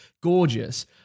gorgeous